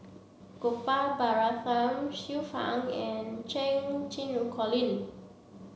Gopal Baratham Xiu Fang and Cheng Xinru Colin